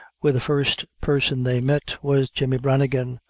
where the first person they met was jemmy branigan,